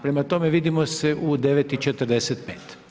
Prema tome vidimo se u 9,45.